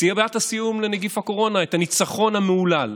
מסיבת הסיום לנגיף הקורונה, הניצחון המהולל.